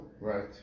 Right